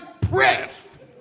pressed